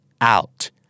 out